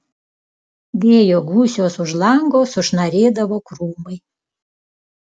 vėjo gūsiuos už lango sušnarėdavo krūmai